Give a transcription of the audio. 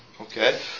Okay